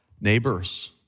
neighbors